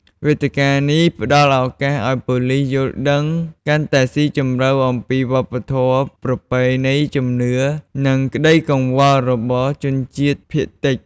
វេទិកានេះផ្តល់ឱកាសឲ្យប៉ូលិសយល់ដឹងកាន់តែស៊ីជម្រៅអំពីវប្បធម៌ ប្រពៃណី ជំនឿ និងក្តីកង្វល់របស់ក្រុមជនជាតិភាគតិច។